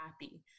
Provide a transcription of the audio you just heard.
happy